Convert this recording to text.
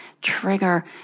trigger